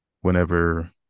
Whenever